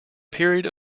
period